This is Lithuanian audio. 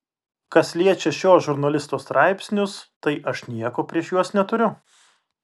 kas liečia šio žurnalisto straipsnius tai aš nieko prieš juos neturiu